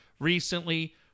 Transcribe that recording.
Recently